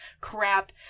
crap